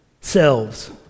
selves